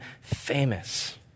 famous